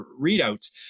readouts